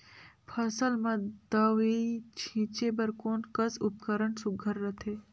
फसल म दव ई छीचे बर कोन कस उपकरण सुघ्घर रथे?